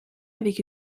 avec